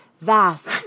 vast